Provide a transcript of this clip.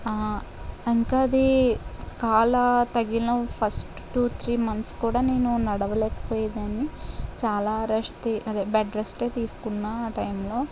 ఆ ఇంకా అది కాల తగిలిన ఫస్ట్ టూ త్రీ మంత్స్ కూడా నేను నడవలేకపోయేదాని చాలా రెస్ట్ అదే బెడ్ రెస్టే తీసుకున్నా ఆ టైమ్లో